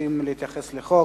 שרוצים להתייחס לחוק.